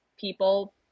people